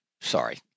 Sorry